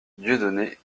dieudonné